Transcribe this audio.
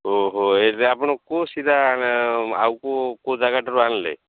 ଓହୋ ଏଇ ଆପଣ କେଉଁ ସିଧା ଆଉ କେଉଁ କେଉଁ ଜାଗାଠାରୁ ଆଣିଲେ